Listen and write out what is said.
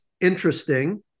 interesting